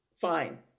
fine